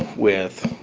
with